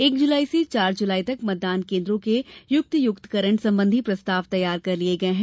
एक जुलाई से चार जुलाई तक मतदान केन्द्रों के युक्तियुक्तकरण संबंधी प्रस्ताव तैयार कर लिए गये है